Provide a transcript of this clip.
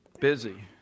busy